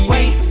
Wait